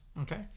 Okay